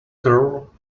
girl